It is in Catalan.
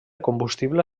combustible